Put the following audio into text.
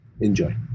enjoy